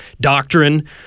doctrine